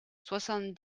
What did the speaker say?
soixante